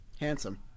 Handsome